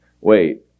wait